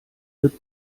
wird